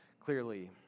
clearly